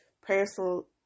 personal